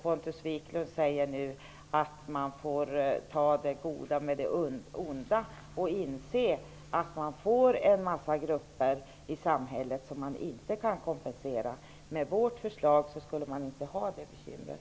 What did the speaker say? Pontus Wiklund säger nu att vi får ta det goda med det onda och inse att vi får en massa grupper i samhället som vi inte kan kompensera. Med vårt förslag skulle vi inte ha det bekymret.